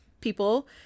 people